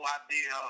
idea